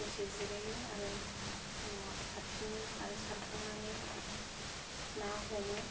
दसे जिरायो आरो ना सारफिनो आरो सारखांनानै ना हमो